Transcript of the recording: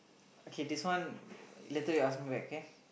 okay this one later you ask me back okay